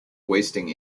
wasting